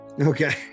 Okay